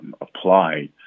apply